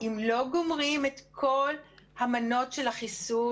אם לא גומרים את כל המנות של החיסון,